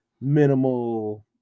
minimal